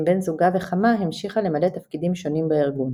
בן-זוגה וחמה המשיכה למלא תפקידים שונים בארגון.